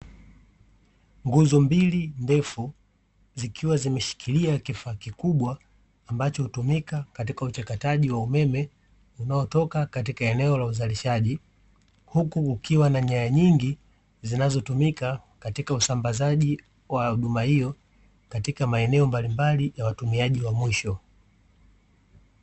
Nguzo mbili ndefu zikiwa zimeshikilia kifaa kikubwa ambacho hutumika katika uchakataji wa umeme unaotoka katika eneo la uzalishaji huku ukiwa na nyaya nyingi zinazotumika katika usambazaji wa huduma hiyo katika maeneo mbalimbali ya watumiaji wa mwisho.